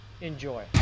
Enjoy